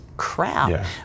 crap